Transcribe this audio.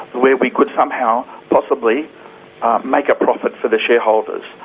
where we could somehow possibly make a profit for the shareholders,